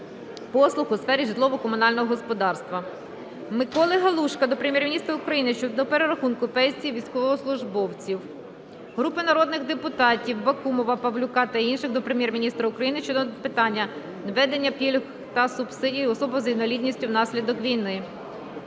послуг у сфері житлово-комунального господарства. Миколи Галушка до Прем'єр-міністра України щодо перерахунку пенсій військовослужбовців. Групи народних депутатів (Бакумова, Павлюка та інших) до Прем'єр-міністра України щодо питання введення пільг та субсидій особам з інвалідністю внаслідок війни.